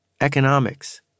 economics